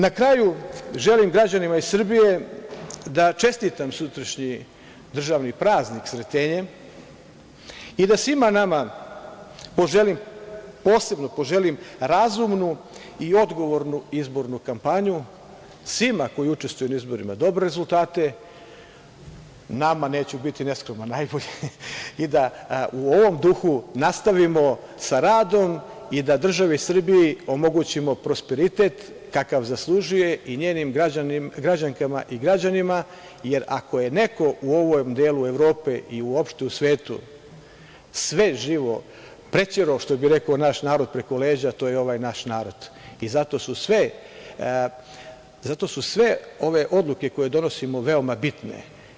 Na kraju, želim građanima iz Srbije da čestitam sutrašnji državni praznik Sretenje i da svima nama posebno poželim razumnu i odgovornu izbornu kampanju, svima koji učestvuju na izborima dobre rezultate, nama, neću biti neskroman, najbolje i da u ovom duhu nastavimo sa radom i da državi Srbiji omogućimo prosperitet kakav zaslužuje i njenim građankama i građanima, jer ako je neko u ovom delu Evrope i uopšte u svetu sve živo preterao, što bi rekao naš narod, preko leđa, a to je ovaj naš narod i zato su sve ove odluke koje donosimo veoma bitne.